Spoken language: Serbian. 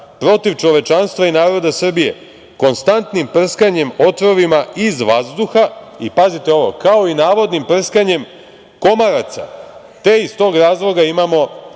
protiv čovečanstva i naroda Srbije konstantnim prskanjem otrovima iz vazduha, kao i navodnim prskanjem komaraca, te iz tog razloga imamo